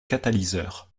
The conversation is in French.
catalyseurs